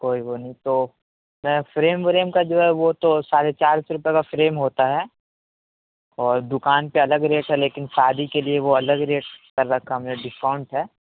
کوئی وہ نہیں تو میں فریم وریم کا جو ہے وہ تو ساڑھے چار سو روپے کا فریم ہوتا ہے اور دکان پہ الگ ریٹ ہے لیکن شادی کے لیے وہ الگ ریٹ کر رکھا ہم نے ڈسکاؤنٹ ہے